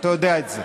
ואתה יודע את זה.